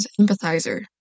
empathizer